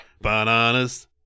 Bananas